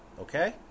Okay